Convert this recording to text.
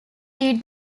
beat